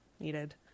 needed